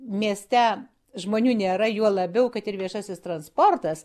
mieste žmonių nėra juo labiau kad ir viešasis transportas